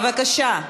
בבקשה.